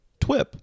TWIP